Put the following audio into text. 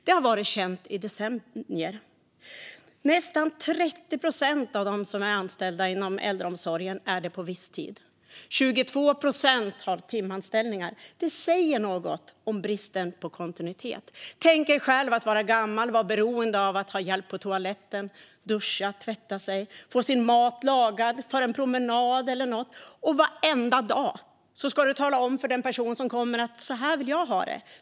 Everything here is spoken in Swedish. Det har varit känt i decennier. Nästan 30 procent av dem som är anställda inom äldreomsorgen är det på visstid. 22 procent har timanställningar. Det säger något om bristen på kontinuitet. Tänk er själva att vara gammal och beroende av att ha hjälp på toaletten, duscha, tvätta sig, få sin mat lagad, ta en promenad eller något annat och varenda dag behöva tala om för den person som kommer hur man vill ha det.